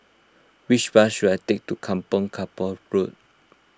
which bus should I take to Kampong Kapor Road